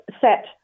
set